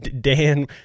Dan